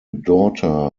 daughter